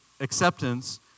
acceptance